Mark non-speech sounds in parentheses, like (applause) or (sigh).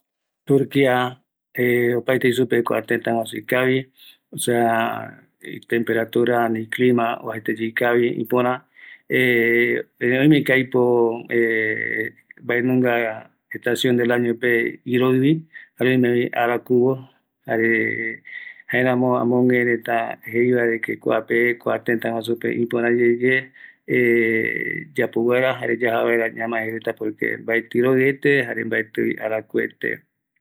Turkia (hesitation) mopeti tëtä guaju ikavi, o sea temperatura ani clima oajeteyeye ikavi, ipörä (hesitation) oieko aipo (hesitation) mbanunga estacion del añope, iroïvi, jare oimevi arakuvo, jaramo guereta jeiva de que kuape, kua tëtä guajupe ïpöräyeye (hesitation) yapouvaera jare yaja vaera ñamae por que mbaeti iroï mbate jare mbaeti arakuete.